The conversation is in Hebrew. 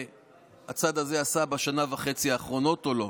שהצד הזה עשה בשנה וחצי האחרונות או לא.